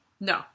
no